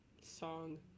song